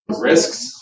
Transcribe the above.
Risks